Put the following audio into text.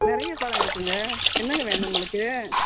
நிறைய பழம் இருக்குங்க என்னங்க வேணும் உங்களுக்கு